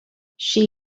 she